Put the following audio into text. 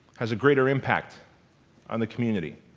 has a greater impact on the community.